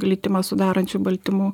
glitimą sudarančių baltymų